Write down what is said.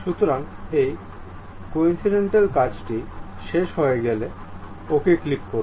সুতরাং এই কাকতালীয় কাজটি শেষ হয়ে গেলে OK ক্লিক করুন